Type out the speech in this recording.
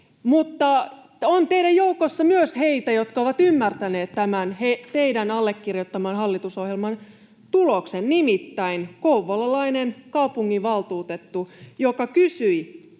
Mutta on teidän joukossanne myös heitä, jotka ovat ymmärtäneet tämän teidän allekirjoittamanne hallitusohjelman tuloksen. Nimittäin kouvolalainen kaupunginvaltuutettu kysyi